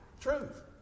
truth